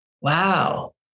wow